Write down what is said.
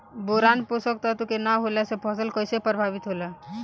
Boron पोषक तत्व के न होला से फसल कइसे प्रभावित होला?